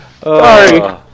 Sorry